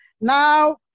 Now